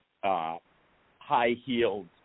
high-heeled